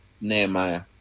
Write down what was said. Nehemiah